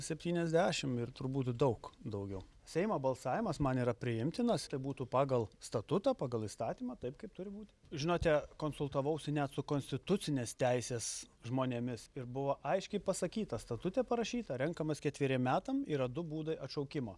septyniasdešim ir turbūt daug daugiau seima balsavimas man yra priimtinas tai būtų pagal statutą pagal įstatymą taip kaip turi būti žinote konsultavausi net su konstitucinės teisės žmonėmis ir buvo aiškiai pasakyta statute parašyta renkamas ketveriem metam yra du būdai atšaukimo